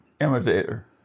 imitator